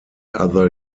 other